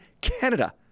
Canada